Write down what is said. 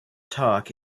talk